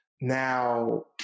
Now